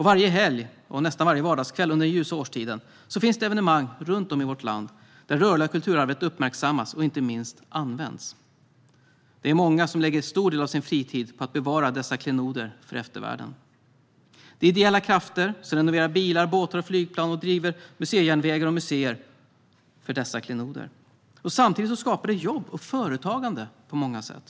Varje helg och nästan varje vardagskväll under den ljusa årstiden finns det evenemang runt om i vårt land där det rörliga kulturarvet uppmärksammas och - inte minst - används. Det är många som lägger en stor del av sin fritid på att bevara dessa klenoder för eftervärlden. Det är ideella krafter som renoverar bilar, båtar och flygplan och som driver museijärnvägar och museer för dessa klenoder. Samtidigt skapar detta jobb och företagande på många sätt.